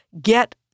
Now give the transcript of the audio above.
get